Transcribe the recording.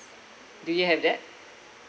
do you have that